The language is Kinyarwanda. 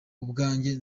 ubwanjye